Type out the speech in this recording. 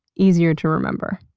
easier to remember.